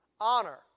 Honor